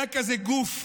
היה כזה גוף,